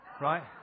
right